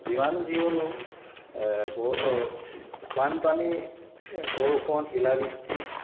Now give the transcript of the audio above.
যিমান যি হ'লেও বানপানী বৰষুণ শিলাবৃষ্টি